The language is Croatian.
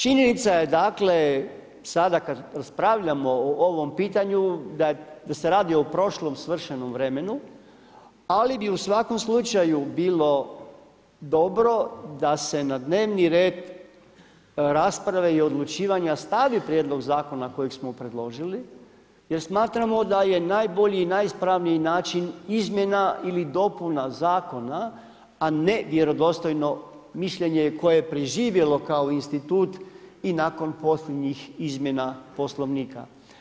Činjenica je dakle, sada kad raspravljamo o ovom pitanju da se radi o prošlom svršenom vremenu, ali bi u svakom slučaju bilo dobro da se na dnevni red rasprave i odlučivanja stavi prijedlog zakona kojeg smo predložili jer smatramo da je najbolji i najispravniji način izmjena ili dopuna zakona, a ne vjerodostojno mišljenje koje je preživjelo kao institut i nakon posljednjih izmjena Poslovnika.